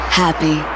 happy